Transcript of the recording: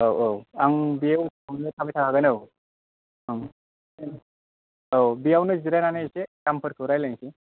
औ औ आं बे अफिसावनो थाबाय थाखागोन औ औ औ बेयावनो जिरायनानै एसे दामफोरखौ रायलायसै